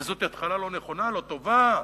וזאת התחלה לא נכונה, לא טובה.